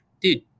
dude